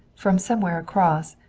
from somewhere across,